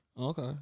okay